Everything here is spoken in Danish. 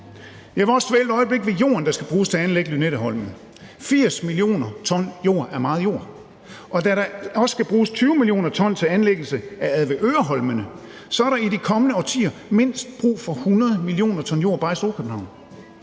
vil også dvæle et øjeblik ved jorden, der skal bruges til at anlægge Lynetteholm. 80 mio. t jord er meget jord, og da der også skal bruges 20 mio. t til anlæggelse af Avedøre Holmene, så er der i de kommende årtier mindst brug for 100 mio. t jord bare i Storkøbenhavn.